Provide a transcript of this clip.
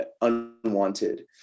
unwanted